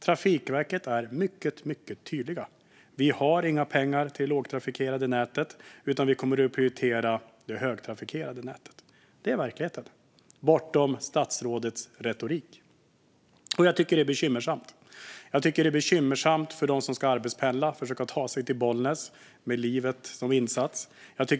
Trafikverket är mycket tydligt: Vi har inga pengar till det lågtrafikerade nätet utan kommer att prioritera det högtrafikerade nätet. Det är verkligheten bortom statsrådets retorik. Jag tycker att det är bekymmersamt. Det är bekymmersamt för dem som ska arbetspendla och försöka ta sig till Bollnäs, med livet som insats.